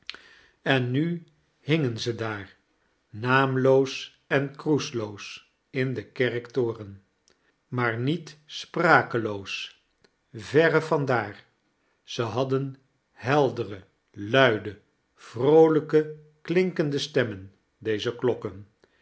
en nu hingen ze daax naamloos en kroesloos in den kerktoren maar ndet sprakeloos verre van daar ze hadden heldere luide vroolijke klinkende sternmen deze klokken